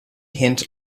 hint